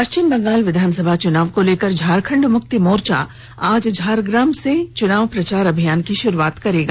पश्चिम बंगाल विधानसभा चुनाव को लेकर झारखंड मुक्ति मोर्चा आज झारग्राम से चुनाव प्रचार अभियान की शुरूआत करेगा